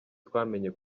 twamenye